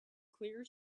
clear